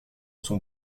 son